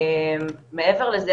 מעבר לזה,